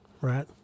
right